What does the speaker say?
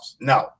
No